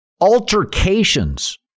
altercations